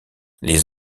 les